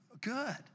good